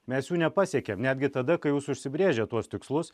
mes jų nepasiekėm netgi tada kai jūs užsibrėžėt tuos tikslus